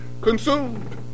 consumed